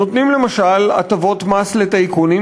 נותנים למשל הטבות מס לטייקונים,